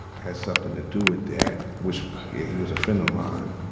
has something to do with that, which he was a friend of mine.